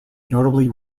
notably